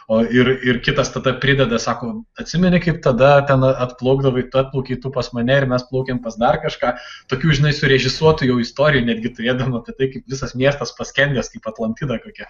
o ir ir kitas tada prideda sako atsimeni kaip tada ten atplaukdavai tu atplaukei tu pas mane ir mes plaukėm pas dar kažką tokių žinai surežisuotų jau istorijų netgi turėdavom apie tai kaip visas miestas paskendęs kaip atlantida kokia